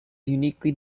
uniquely